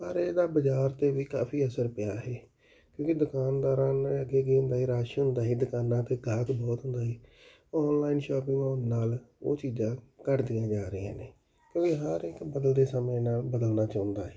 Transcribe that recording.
ਪਰ ਇਹਦਾ ਬਾਜ਼ਾਰ 'ਤੇ ਵੀ ਕਾਫ਼ੀ ਅਸਰ ਪਿਆ ਹੈ ਕਿਉਂਕਿ ਦੁਕਾਨਦਾਰਾਂ ਨੇ ਅੱਗੇ ਕੀ ਹੁੰਦਾ ਰਸ਼ ਹੁੰਦਾ ਸੀ ਦੁਕਾਨਾਂ 'ਤੇ ਗਾਹਕ ਬਹੁਤ ਹੁੰਦਾ ਸੀ ਔਨਲਾਈਨ ਸ਼ੋਪਿੰਗ ਹੋਣ ਨਾਲ ਉਹ ਚੀਜ਼ਾਂ ਘੱਟਦੀਆਂ ਜਾ ਰਹੀਆਂ ਨੇ ਕਿਉਂਕਿ ਹਰ ਇੱਕ ਬਦਲਦੇ ਸਮੇਂ ਨਾਲ ਬਦਲਣਾ ਚਾਹੁੰਦਾ ਹੈ